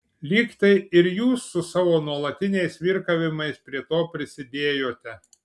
lyg tai ir jūs su savo nuolatiniais virkavimais prie to prisidėjote